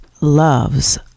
loves